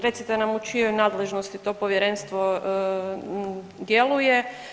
Recite nam u čijoj nadležnosti to povjerenstvo djeluje.